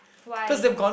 why